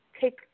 Take